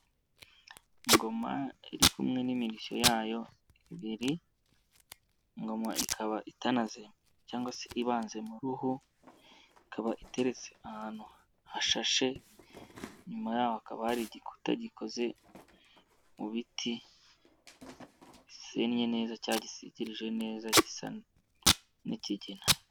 Ingoma iri kumwe n'imirishyo yayo, ibiri. Ingoma ikaba itanaze, cyangwa se ibanze mu ruhu, ikaba iteretse ahantu hashashe, inyuma yaho hakaba hari igikuta gikoze, mu biti, gisennye neza cyangwa gisigirije neza gisa, n'ikigina.